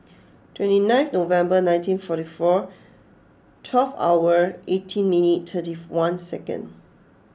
twenty nineth November nineteen forty four twelve hour eighteen minute thirty one second